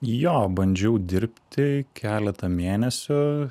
jo bandžiau dirbti keletą mėnesių